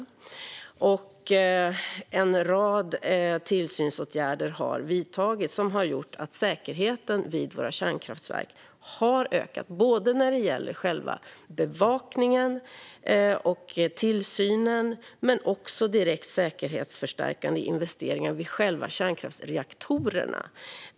Dessutom har en rad tillsynsåtgärder vidtagits som har gjort att säkerheten vid våra kärnkraftverk har ökat, både när det gäller själva bevakningen och tillsynen och när det gäller direkt säkerhetsförstärkande investeringar vid själva kärnkraftsreaktorerna.